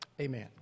Amen